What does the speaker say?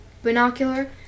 binocular